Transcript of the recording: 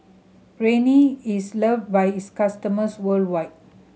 Rene is loved by its customers worldwide